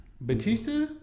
Batista